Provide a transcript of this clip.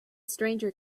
stranger